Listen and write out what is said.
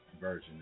version